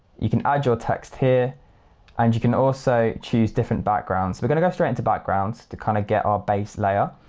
you can add your text here and you can also choose different backgrounds. we're going to go straight into backgrounds to kind of get our base layer.